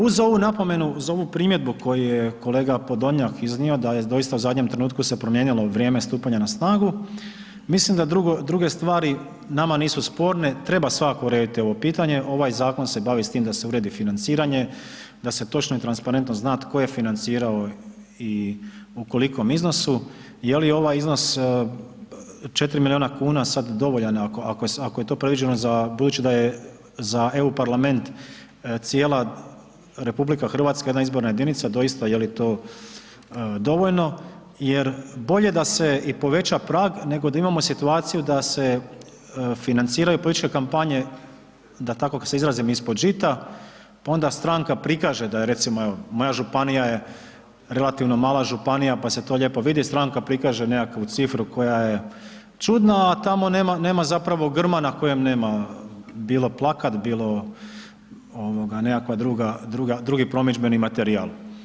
Uz ovu napomenu, uz ovu primjedbu koju je kolega Podolnjak iznio da jest doista u zadnjem trenutku se zaista promijenilo vrijeme stupanja na snagu, mislim da druge stvari nama nisu sporne, treba svakako urediti ovo pitanje, ovaj zakon se bavi s tim da se uredi financiranje, da se točno i transparentno zna tko je financirao i u kolikom iznosu, je li ovaj iznos 4 milijuna kuna sad dovoljan ako je to predviđeno za, budući da je za EU parlament cijela RH jedna izborna jedinica, doista, je li to dovoljno jer bolje da se i poveća prag, nego da imamo situaciju da se financiraju političke kampanje, da tako se izrazim, ispod žita, pa onda stranka prikaže, da je recimo evo, moja županija je relativno mala županija, pa se to lijepo vidi, stranka prikaže nekakvu cifru koja je čudna, a tamo nema, nema zapravo grma na kojem nema, bilo plakat, bilo nekakva druga, drugi promidžbeni materijal.